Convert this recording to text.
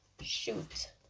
Shoot